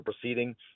proceeding